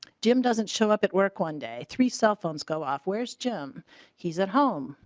jim doesn't show up at work one day three cell phones go off where's jim he's at home.